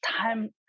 time